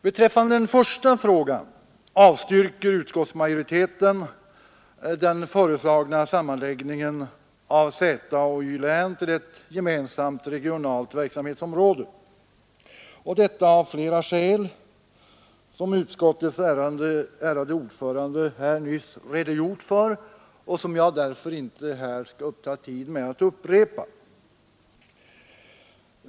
Beträffande den första frågan avstyrker utskottsmajoriteten den föreslagna sammanläggningen av Z och Y-län till ett gemensamt regionalt verksamhetsområde och detta av flera skäl, som utskottets värderade ordförande nyss redogjort för och som jag därför inte här skall uppta tid med att upprepa.